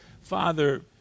Father